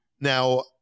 now